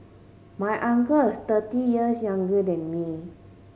my uncle is thirty years younger than me